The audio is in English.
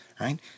right